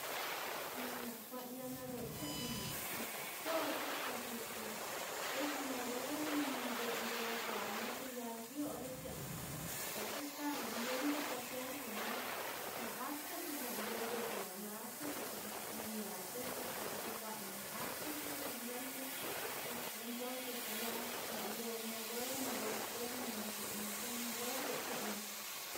na jwa'n ya'nado chanmena', ntakzosa taj este, tez nawue nado nzo lazo'a natayal rio re chanla, per tiz taga ngenta pazensla'na na akta zi jwa'n nzo yekla o na akta zi jwa'n lya tiz tyozkua zi jwa'na', na akta tez na ngentey ee- entonzes jwa'nya ndablo nawue nado kuekmen lazomen ze nawue ryo chanmen.